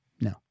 No